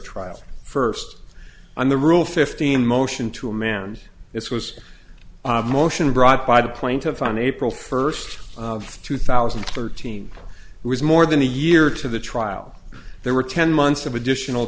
trial first on the rule fifteen motion to a man this was a motion brought by the plaintiff on april first two thousand and thirteen was more than a year to the trial there were ten months of additional